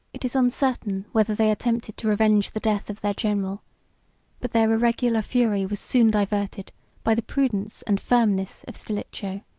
it is uncertain whether they attempted to revenge the death of their general but their irregular fury was soon diverted by the prudence and firmness of stilicho,